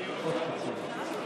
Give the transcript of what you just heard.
חבר